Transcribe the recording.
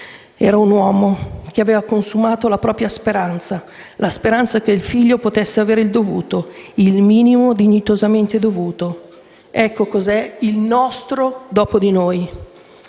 era un uomo che aveva consumato la propria speranza, la speranza che il figlio potesse avere il dovuto, il minimo dignitosamente dovuto. Ecco cos'è il nostro "dopo di noi".